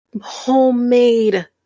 homemade